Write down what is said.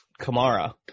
Kamara